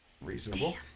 reasonable